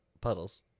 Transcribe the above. puddles